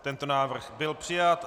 Tento návrh byl přijat.